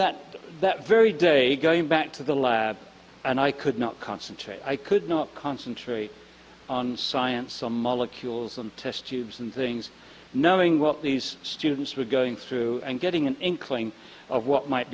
that that very day going back to the lab and i could not concentrate i could not concentrate on science on molecules and test tubes and things knowing what these students were going through and getting an inkling of what might